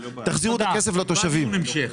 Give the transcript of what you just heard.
תחזירו את הכסף לתושבים.